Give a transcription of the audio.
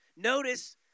Notice